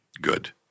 good